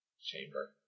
chamber